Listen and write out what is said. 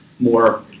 more